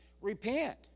repent